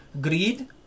greed